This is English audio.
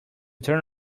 turn